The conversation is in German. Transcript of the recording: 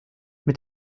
mit